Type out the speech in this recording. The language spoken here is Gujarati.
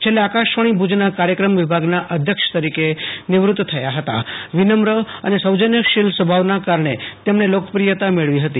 છેલ્લે આકાશવાણી ભુજના કાર્યક્રમ વિભાગના અધ્યક્ષ તરીકે નિવૃત થયા હતા વિનમ્ર અને સૌજન્યશીલ સ્વભાવના કારણે તેમણે લોકપ્રિયતા મેળવી હતી